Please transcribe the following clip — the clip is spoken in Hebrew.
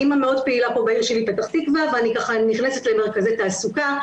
אני אימא מאוד פעילה פה בעיר שלי פתח תקווה ואני נכנסת למרכזי תעסוקה.